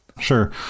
Sure